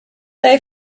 they